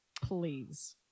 Please